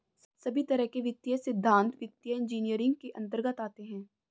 सभी तरह के वित्तीय सिद्धान्त वित्तीय इन्जीनियरिंग के अन्तर्गत आते हैं